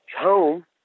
home